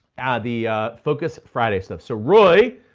ah the focus friday stuff. so roy,